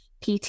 PT